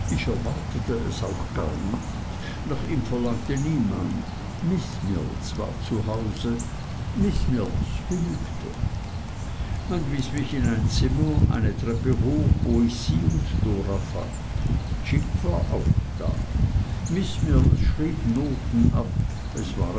ich erwartete es auch gar nicht nach ihm verlangte niemand miß mills war zu hause miß mills genügte man wies mich in ein zimmer eine treppe hoch wo ich sie und dora fand jip war auch da miß mills schrieb noten ab es war